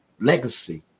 legacy